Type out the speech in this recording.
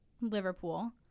Liverpool